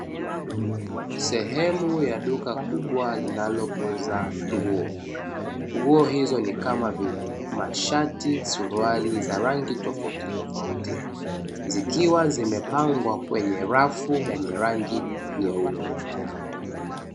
Sehemu ya duka kubwa linalouza nguo. Nguo hizo ni kama vile mshati, suruali za rangi tofautitofauti zikiwa zimepangwa kwenye rafu yenye rangi nyeupe.